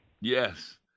Yes